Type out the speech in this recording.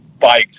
bikes